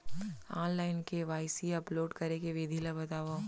Online KYC upload करे के विधि ला बतावव?